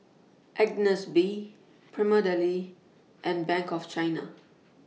Agnes B Prima Deli and Bank of China